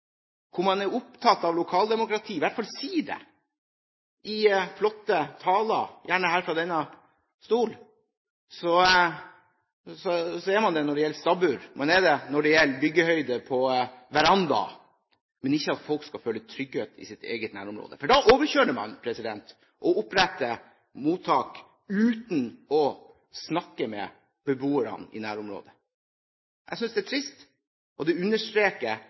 hvor man er opptatt av lokaldemokrati, i hvert fall sier det i flotte taler, gjerne her fra denne stol, så er man det når det gjelder stabbur, man er det når det gjelder byggehøyde på veranda, men ikke når det gjelder at folk skal føle trygghet i sitt eget nærområde. For da overkjører man dem og oppretter mottak uten å snakke med beboerne i nærområdet. Jeg synes det er trist, og det understreker